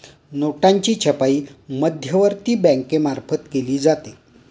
नोटांची छपाई मध्यवर्ती बँकेमार्फत केली जाते